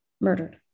murdered